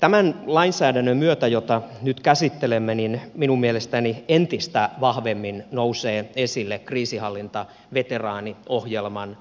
tämän lainsäädännön myötä jota nyt käsittelemme minun mielestäni entistä vahvemmin nousee esille kriisinhallintaveteraaniohjelman